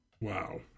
Wow